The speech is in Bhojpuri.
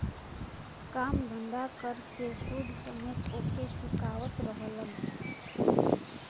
काम धंधा कर के सूद समेत ओके चुकावत रहलन